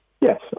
Yes